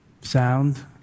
sound